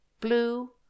blue